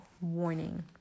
warning